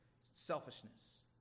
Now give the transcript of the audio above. selfishness